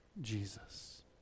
Jesus